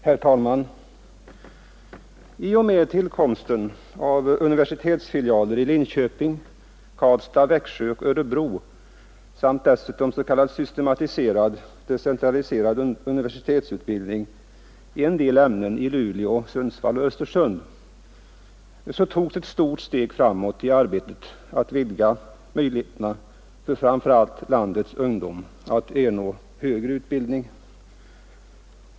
Herr talman! I och med tillkomsten av universitetsfilialer i Linköping, Karlstad, Växjö och Örebro samt dessutom s.k. systematiserad decentraliserad universitetsutbildning i en del ämnen i Luleå, Sundsvall och Östersund togs ett stort steg framåt i arbetet att vidga möjligheterna för framför allt landets ungdom att ernå högre utbildning.